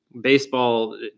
baseball